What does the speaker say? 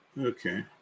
okay